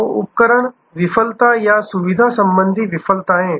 तो उपकरण विफलता या सुविधा संबंधी विफलताएं